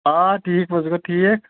آ ٹھیٖک پٲٹھۍ زٕ چھکھا ٹھیٖک